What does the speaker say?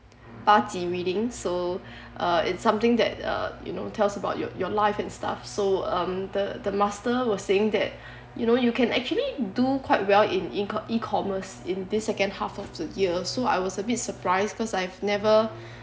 ba ji reading so uh it's something that uh you know tells about your your life and stuff so um the the master was saying that you know you can actually do quite well in E com~ E commerce in this second half of the year so I was a bit surprised cause I've never